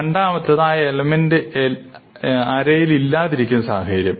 രണ്ടാമതായി ആ എലമെന്റ് അറയിൽ ഇല്ലാതിരിക്കുന്ന സാഹചര്യം